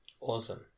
Awesome